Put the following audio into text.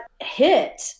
hit